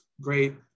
great